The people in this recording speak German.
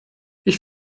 ich